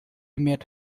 met